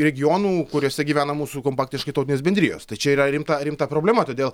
regionų kuriuose gyvena mūsų kompaktiškai tautinės bendrijos tai čiau yra rimta rimta problema todėl